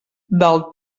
del